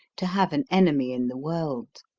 to have an enemy in the world.